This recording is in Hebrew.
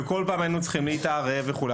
והיינו צריכים להתערב בכל פעם.